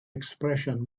expression